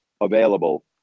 available